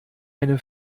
eine